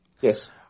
Yes